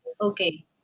Okay